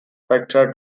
spectra